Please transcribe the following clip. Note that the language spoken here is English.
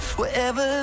wherever